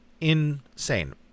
Insane